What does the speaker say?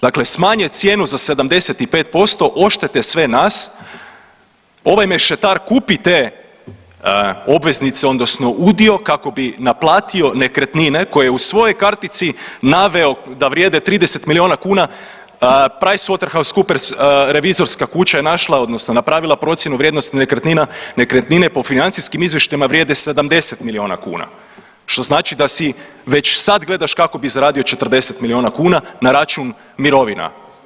Dakle, smanje cijenu za 75% oštete sve nas, ovaj mešetar kupi te obveznice odnosno udio kako bi naplatio nekretnine koje je u svojoj kartici naveo da vrijede 30 milijuna kuna PricewoterhouseCooteper revizorska kuća je našla odnosno napravila procjenu vrijednosti nekretnina, nekretnine po financijskim izvještajima vrijede 70 milijuna kuna, što znači da si već sad gledaš kako bi zaradio 40 milijuna kuna na račun mirovina.